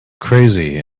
crazy